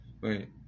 wait